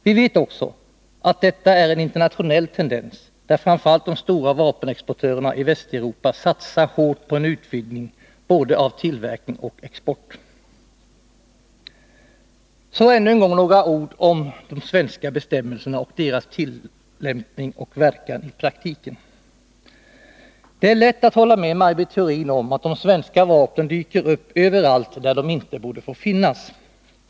Vi vet också att det är en internationell tendens att framför allt de stora vapenexportörerna i Västeuropa satsar hårt på en utvidgning både av tillverkning och av export. Så ännu en gång några ord om de svenska bestämmelserna och deras tillämpning och verkan i praktiken. Det är lätt att hålla med Maj Britt Theorin om att svenska vapen dyker upp överallt där de inte borde få finnas.